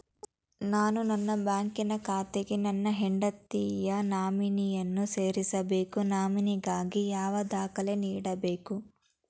ನಾನು ನನ್ನ ಬ್ಯಾಂಕಿನ ಖಾತೆಗೆ ನನ್ನ ಹೆಂಡತಿಯ ನಾಮಿನಿಯನ್ನು ಸೇರಿಸಬೇಕು ನಾಮಿನಿಗಾಗಿ ಯಾವ ದಾಖಲೆ ನೀಡಬೇಕು?